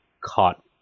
caught